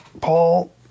Paul